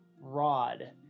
rod